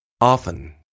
Often